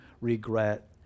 regret